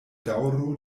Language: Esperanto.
daŭro